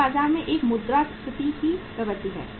यह बाजार में एक मुद्रास्फीति की प्रवृत्ति है